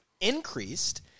increased